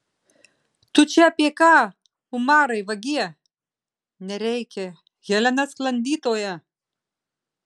tu čia apie ką umarai vagie nereikia helena sklandytoja